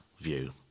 view